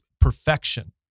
perfection